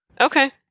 okay